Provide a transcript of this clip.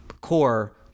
core